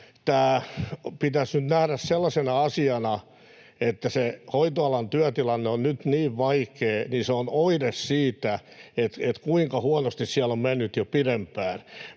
Tämä pitäisi nyt nähdä sellaisena asiana, että se, että hoitoalan työtilanne on nyt niin vaikea, on oire siitä, kuinka huonosti siellä on mennyt jo pidempään.